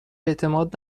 اعتماد